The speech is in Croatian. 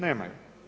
Nemaju.